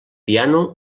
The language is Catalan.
piano